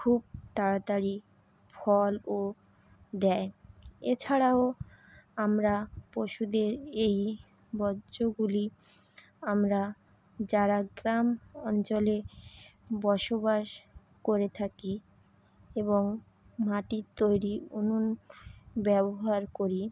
খুব তাড়াতাড়ি ফলও দেয় এছাড়াও আমরা পশুদের এই বর্জ্যগুলি আমরা যারা গ্রাম অঞ্চলে বসবাস করে থাকি এবং মাটির তৈরি উনুন ব্যবহার করি